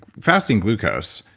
fasting glucose,